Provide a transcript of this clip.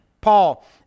Paul